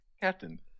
Captain